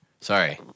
Sorry